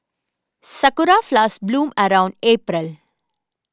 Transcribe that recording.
sakura flowers bloom around April